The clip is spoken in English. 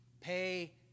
Pay